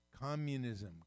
communism